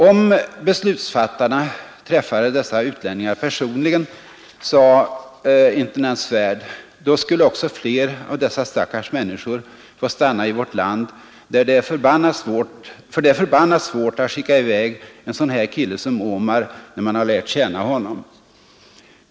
Om beslutsfattarna träffade dessa utlänningar personligen, sade intendent Svärd, ”då skulle också fler av dessa stackars människor få stanna i vårt land, för det är förbannat svårt att skicka i väg en sån här kille som Omar när man har lärt känna honom”.